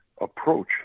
approach